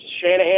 Shanahan